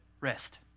Rest